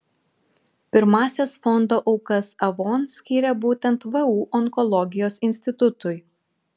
pirmąsias fondo aukas avon skyrė būtent vu onkologijos institutui